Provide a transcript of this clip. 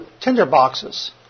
tinderboxes